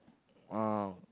uh